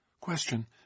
Question